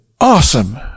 awesome